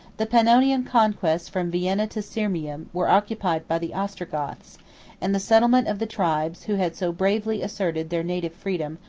the pannonian conquests from vienna to sirmium, were occupied by the ostrogoths and the settlements of the tribes, who had so bravely asserted their native freedom,